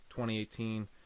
2018